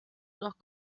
noch